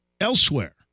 Elsewhere